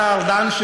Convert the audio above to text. השר ארדן,